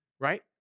right